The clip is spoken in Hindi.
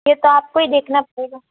ये तो आपको ही देखना पड़ेगा